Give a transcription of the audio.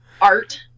Art